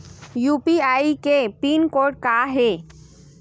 UPI के pin code का हे?